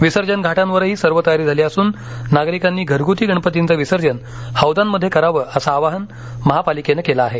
विसर्जन घाटांवरही सर्व तयारी झाली असून नागरिकांनी घरगुती गणपतींचं विसर्जन हौदांमध्ये करावं असं आवाहन महापालिकेनं केलं आहे